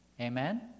amen